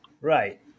Right